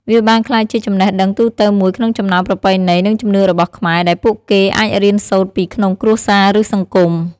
វាបានក្លាយជាចំណេះដឹងទូទៅមួយក្នុងចំណោមប្រពៃណី និងជំនឿរបស់ខ្មែរ ដែលពួកគេអាចរៀនសូត្រពីក្នុងគ្រួសារ ឬសង្គម។